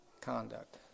Conduct